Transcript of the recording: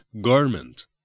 garment